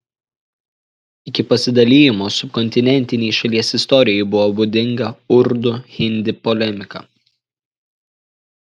iki pasidalijimo subkontinentinei šalies istorijai buvo būdinga urdu hindi polemika